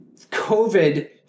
COVID